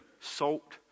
salt